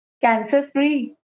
Cancer-free